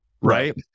Right